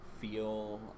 feel